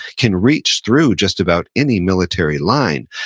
can reach through just about any military line.